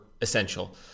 essential